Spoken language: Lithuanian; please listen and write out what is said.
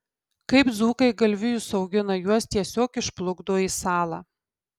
kaip dzūkai galvijus augina juos tiesiog išplukdo į salą